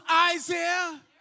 Isaiah